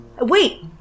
Wait